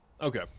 Okay